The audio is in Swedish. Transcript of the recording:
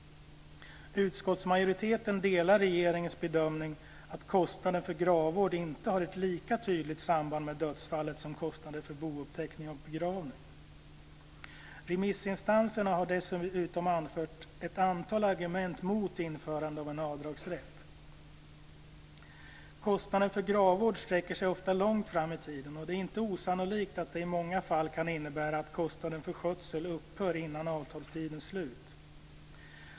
Utskottsmajoriteten delar regeringens bedömning att kostnaden för gravvård inte har ett lika tydligt samband med dödsfallet som kostnader för bouppteckning och begravning. Remissinstanserna har dessutom anfört ett antal argument mot införande av en avdragsrätt. Kostnaden för gravvård sträcker sig ofta långt fram i tiden och det är inte osannolikt att det i många fall kan innebära att kostnaden för skötseln upphört innan avtalstidens slut.